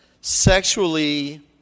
sexually